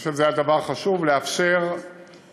אני חושב שזה היה דבר חשוב: לאפשר שילוב